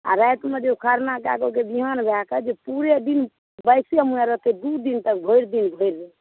आ रातिमे जे ओ खरना केलकै विहान भऽ कऽ जे पुरे दिन बासिये मुँह रहतै दू दिन तक भरि दिन भरि राति